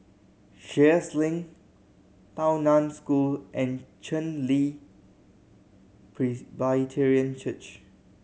Sheares Link Tao Nan School and Chen Li Presbyterian Church